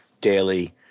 daily